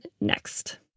next